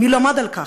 מי למד על כך?